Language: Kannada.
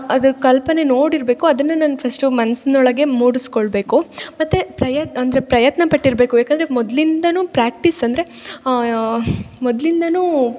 ಅದು ಕಲ್ಪನೆ ನೋಡಿರಬೇಕು ಅದನ್ನ ನಾನು ಫಸ್ಟು ಮನ್ಸ್ನೊಳಗೆ ಮೂಡ್ಸ್ಕೊಳ್ಬೇಕು ಮತ್ತು ಪ್ರಯ ಅಂದರೆ ಪ್ರಯತ್ನಪಟ್ಟಿರಬೇಕು ಯಾಕಂದರೆ ಮೊದ್ಲಿಂದ ಪ್ರಾಕ್ಟೀಸ್ ಅಂದರೆ ಮೊದ್ಲಿಂದ